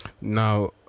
now